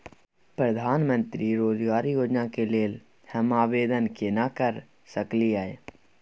प्रधानमंत्री रोजगार योजना के लेल हम आवेदन केना कर सकलियै?